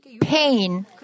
pain